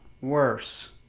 worse